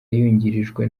yungirijwe